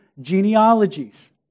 genealogies